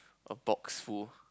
a box full